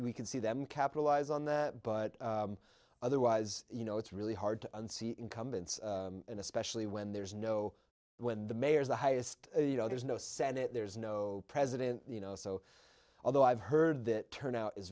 we can see them capitalize on the but otherwise you know it's really hard to see incumbents and especially when there's no when the mayors the highest you know there's no senate there's no president you know so although i've heard that turnout is